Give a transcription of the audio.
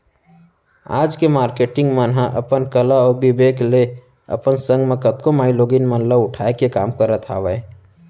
आज के मारकेटिंग मन ह अपन कला अउ बिबेक ले अपन संग म कतको माईलोगिन मन ल उठाय के काम करत हावय